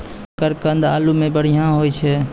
शकरकंद आलू सें बढ़िया होय छै